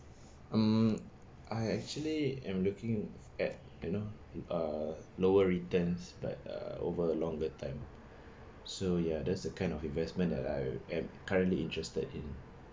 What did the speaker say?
mm I actually am looking at you know uh lower returns but uh over a longer time so ya that's the kind of investment that I am currently interested in